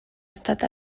estat